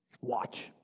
Watch